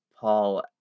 Paul